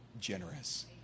generous